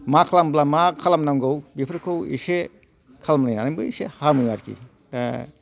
मा खालामब्ला मा खालामनांगौ बेफोरखौ एसे खालामलायनानैबो एसे हामो आरोखि